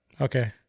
Okay